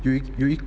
有有一